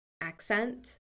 accent